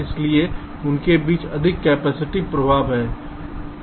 इसलिए उनके बीच अधिक कैपेसिटिव प्रभाव हैं